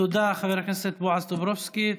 תודה, חבר הכנסת בועז טופורובסקי.